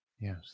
Yes